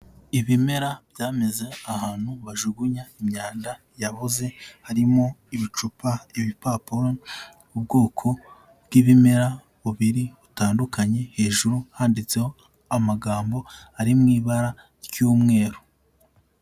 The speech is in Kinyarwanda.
Ibimera byameze ahantu bajugunya imyanda yaboze, harimo ibicupa, ibipapuro, ubwoko bw'ibimera bubiri butandukanye, hejuru handitseho amagambo ari mu ibara ry'umweru.